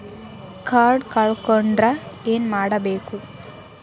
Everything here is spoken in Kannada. ಕಾರ್ಡ್ ಕಳ್ಕೊಂಡ್ರ ಏನ್ ಮಾಡಬೇಕು?